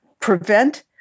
prevent